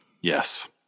Yes